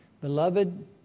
Beloved